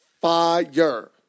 fire